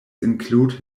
include